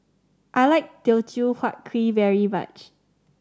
I like Teochew Huat Kuih very much